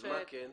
מה כן?